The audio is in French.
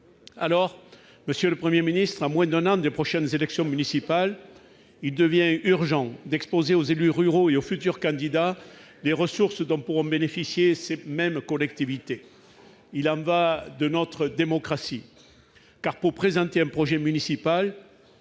alors Monsieur le 1er ministre à moins d'un an des prochaines élections municipales, il devient urgent d'exposer aux élus ruraux et au futur candidat des ressources dont pourront bénéficier ces mêmes collectivités, il en va de notre démocratie car pour présenter un projet municipal,